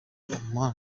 oman